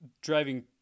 driving